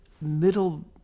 middle